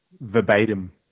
verbatim